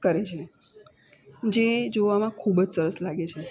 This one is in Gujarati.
કરે છે જે જોવામાં ખૂબ જ સરસ લાગે છે